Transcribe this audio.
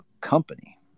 company